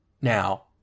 now